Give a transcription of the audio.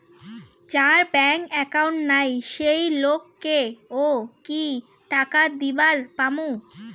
যার bank account নাই সেই লোক কে ও কি টাকা দিবার পামু?